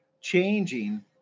changing